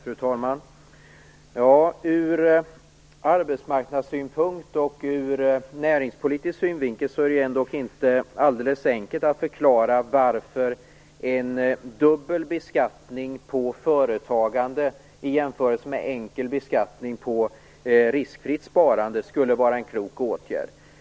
Fru talman! Ur arbetsmarknadssynpunkt och ur näringspolitisk synvinkel är det inte alldeles enkelt att förklara varför en dubbel beskattning på företagande i jämförelse med enkel beskattning på riskfritt sparande skulle vara en klok åtgärd.